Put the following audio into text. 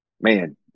man